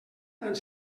tant